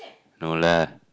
no lah